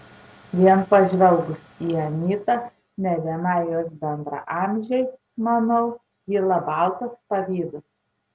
vien pažvelgus į anytą ne vienai jos bendraamžei manau kyla baltas pavydas